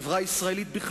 לספרייה העירונית באשדוד,